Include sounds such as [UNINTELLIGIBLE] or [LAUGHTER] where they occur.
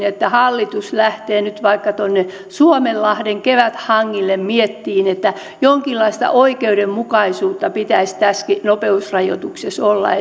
[UNINTELLIGIBLE] että hallitus lähtee nyt vaikka tuonne suomenlahden keväthangille miettimään jonkinlaista oikeudenmukaisuutta pitäisi tässäkin nopeusrajoituksessa olla [UNINTELLIGIBLE]